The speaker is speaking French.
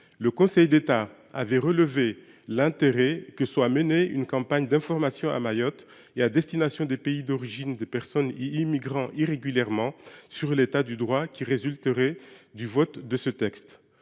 le Conseil d’État a souligné l’intérêt d’une campagne d’information à Mayotte et à destination des pays d’origine des personnes y immigrant irrégulièrement sur l’état du droit qui résulterait du vote de ce texte.